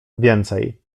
więcej